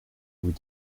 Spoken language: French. vous